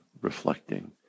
reflecting